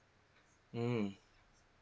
mm